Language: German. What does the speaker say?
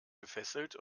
gefesselt